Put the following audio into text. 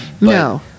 No